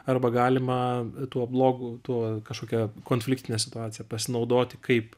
arba galima tuo blogu tuo kažkokia konfliktine situacija pasinaudoti kaip